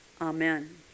Amen